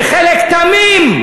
וחלק תמים,